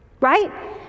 right